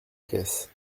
caisse